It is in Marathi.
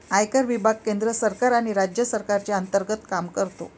आयकर विभाग केंद्र सरकार आणि राज्य सरकारच्या अंतर्गत काम करतो